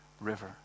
river